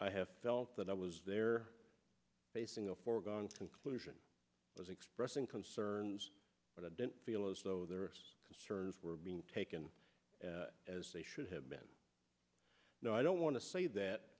i have felt that i was there basing a foregone conclusion was expressing concerns but i didn't feel as though their concerns were being taken as they should have been no i don't want to say that